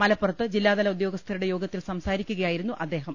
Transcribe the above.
മലപ്പുറത്ത് ജില്ലാതല ഉദ്യോ ഗസ്ഥരുടെ യോഗത്തിൽ സംസാരിക്കുകയായിരുന്നു അദ്ദേഹം